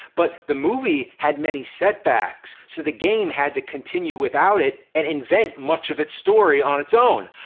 but the movie had many setbacks, so the game had to continue without it and invent much of its story on its' own.